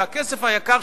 והכסף היקר,